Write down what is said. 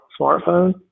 smartphone